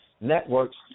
networks